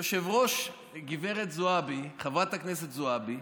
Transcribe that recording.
היושבת-ראש גב' זועבי, חברת הכנסת זועבי,